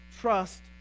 trust